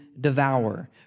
devour